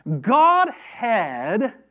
Godhead